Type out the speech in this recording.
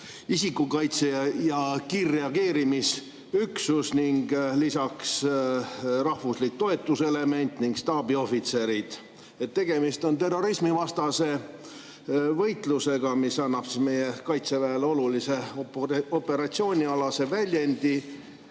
isikukaitse- ja kiirreageerimisüksus ning lisaks rahvuslik toetuselement ning staabiohvitserid. Tegemist on terrorismivastase võitlusega, mis annab meie Kaitseväele olulise operatsioonialase väljundi,